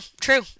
true